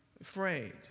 afraid